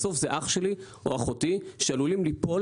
בסוף זה אח שלי או אחותי שעלולים ליפול